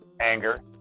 anger